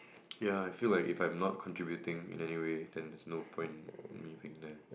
ya I feel like if I'm not contributing in any way then there's no point in me being there